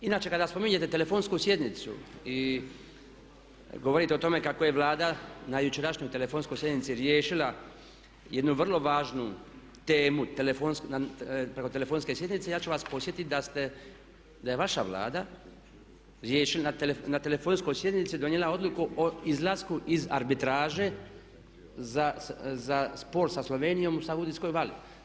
Inače kada spominjete telefonsku sjednicu i govorite o tome kako je Vlada na jučerašnjoj telefonskoj sjednici riješila jednu vrlo važnu temu preko telefonske sjednice ja ću vas podsjetiti da je vaša Vlada riješila i na telefonskoj sjednici donijela odluku o izlasku iz arbitraže za spor sa Slovenijom u Savudrijskoj vali.